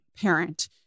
parent